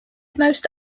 most